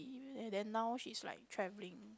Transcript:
quite up there already and then now she's like travelling